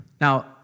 Now